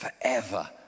forever